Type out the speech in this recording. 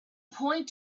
point